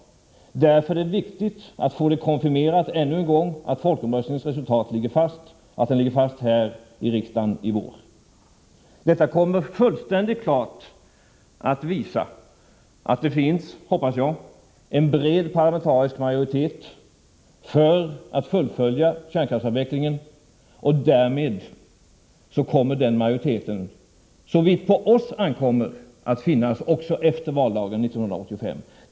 Därför är det viktigt att få konfirmera än en gång att folkomröstningsresultatet ligger fast — och att det gör det här i riksdagen i vår. Jag hoppas att riksdagsbehandlingen fullständigt klart kommer att visa att det finns en bred parlamentarisk majoritet för att fullfölja kärnkraftsavvecklingen. Och därför kommer den majoriteten — såvitt på oss ankommer — att finnas också efter valdagen 1985.